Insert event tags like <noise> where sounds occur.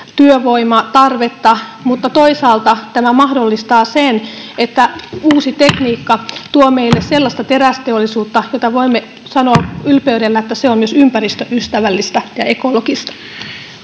työvoimatarvetta, mutta toisaalta tämä mahdollistaa sen, että uusi tekniikka <noise> tuo meille sellaista terästeollisuutta, josta voimme sanoa <noise> ylpeydellä, että se on myös ympäristöystävällistä ja ekologista.